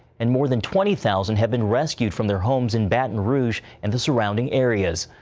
and more than twenty thousand have been rescued from their homes in baton rouge and the surrounding areas.